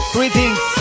Greetings